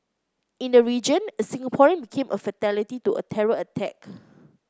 in the region a Singaporean became a fatality to a terror attack